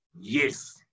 Yes